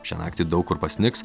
šią naktį daug kur pasnigs